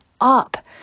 up